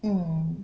mm